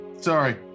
Sorry